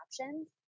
options